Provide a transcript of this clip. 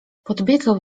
podbiegał